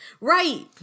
Right